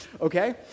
okay